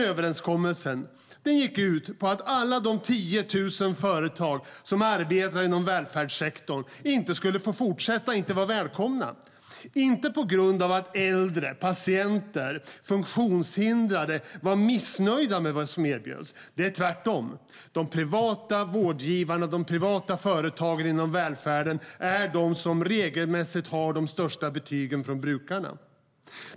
Överenskommelsen gick ut på att alla de 10 000 företag som arbetar inom välfärdssektorn inte ska få fortsätta och inte är välkomna. Det beror inte på att äldre, patienter eller funktionshindrade är missnöjda med vad som erbjuds. Det är tvärtom. De privata vårdgivarna och de privata företagen inom välfärden är de som regelmässigt får de högsta betygen från brukarna.